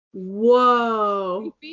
Whoa